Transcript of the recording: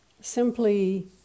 simply